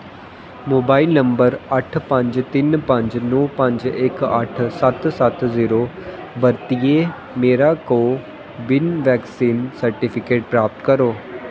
mobile number अट्ठ पंज तिन्न पंज नौ पंज इक अट्ठ सत्त सत्त जीरो बरतियै मेरा कोविन वैक्सीन सर्टिफिकेट प्राप्त करो